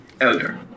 Elder